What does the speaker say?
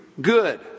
good